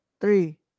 three